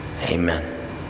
Amen